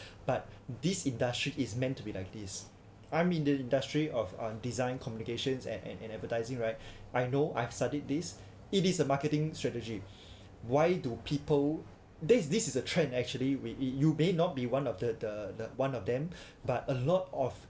but this industry is meant to be like this I mean the industry of on design communication and and advertising right I know I've studied this it is a marketing strategy why do people this is this is a trend actually we i~ you may not be one of the the the one of them but a lot of